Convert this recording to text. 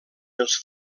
els